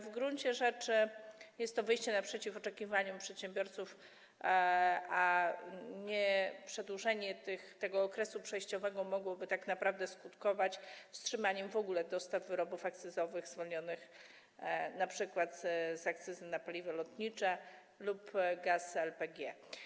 W gruncie rzeczy jest to wyjście naprzeciw oczekiwaniom przedsiębiorców, a nieprzedłużenie tego okresu przejściowego mogłoby tak naprawdę skutkować wstrzymaniem w ogóle dostaw wyrobów akcyzowych zwolnionych np. z akcyzy na paliwo lotnicze lub gaz LPG.